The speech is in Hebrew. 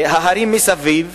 הערים מסביב,